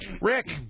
Rick